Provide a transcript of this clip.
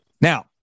Now